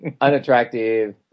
unattractive